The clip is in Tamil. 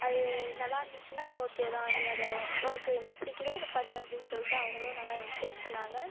அது நல்லா இருந்துச்சுன்னால் ஓகேதான் நீ அதை உனக்கு என்ன பிடிக்குதோ அதை பண்ணு அப்படின்னு சொல்லிட்டு அவர்களும் நல்லா என்கரேஜ் பண்ணிணாங்க